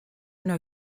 know